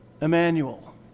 Emmanuel